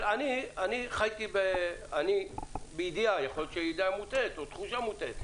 אני חייתי בידיעה יכול להיות שזאת ידיעה מוטעית או תחושה מוטעית,